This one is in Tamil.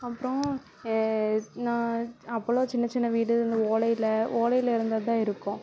அப்புறம் நான் அப்போல்லாம் சின்ன சின்ன வீடு ஓலையில் ஓலையில் இருந்தது தான் இருக்கும்